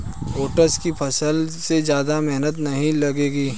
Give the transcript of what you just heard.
oats की फसल में ज्यादा मेहनत नहीं लगेगी